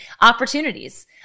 opportunities